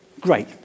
Great